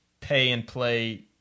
pay-and-play